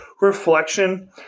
reflection